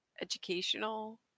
educational